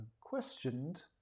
questioned